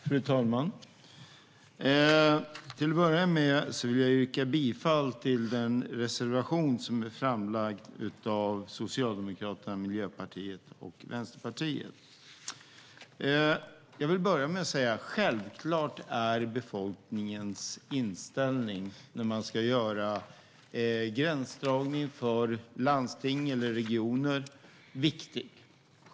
Fru talman! Till att börja med vill jag yrka bifall till reservationen från Socialdemokraterna, Miljöpartiet och Vänsterpartiet. Självklart är befolkningens inställning när man ska göra gränsdragningar för landsting eller regioner viktig.